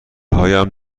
هایم